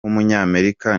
w’umunyamerika